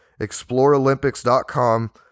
ExploreOlympics.com